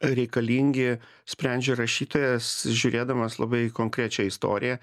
reikalingi sprendžia rašytojas žiūrėdamas labai į konkrečią istoriją